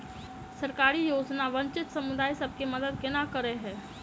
सरकारी योजना वंचित समुदाय सब केँ मदद केना करे है?